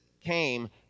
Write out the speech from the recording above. came